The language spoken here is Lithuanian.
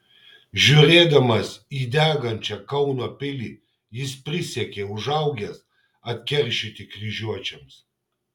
žiūrėdamas į degančią kauno pilį jis prisiekė užaugęs atkeršyti kryžiuočiams